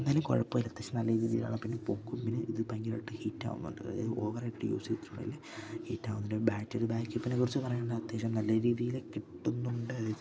എന്തായാലും കൊഴപ്പവില്ലാ അത്യാവശ്യം നല്ല രീതിയിലാണ് പിന്നെ പൊക്കും പിന്നെ ഇത് ഭയങ്കരായിട്ട് ഹീറ്റാവുന്നുണ്ട് അതായത് ഓവറായിട്ട് യൂസ് ചെയ്തിട്ടുണ്ടെല് ഹീറ്റാവുന്നുണ്ട് ബാറ്ററി ബാക്കപ്പിനെക്കുറിച്ച് പറയാണ്ട അത്യാശ്യം നല്ല രീതിയില ക്കെ കിട്ടുന്ന്ണ്ട്